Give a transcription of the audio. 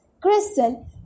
Crystal